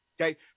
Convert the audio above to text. okay